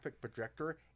projector